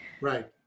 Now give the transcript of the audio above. Right